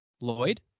Lloyd